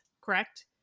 correct